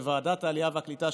ועדת העלייה והקליטה,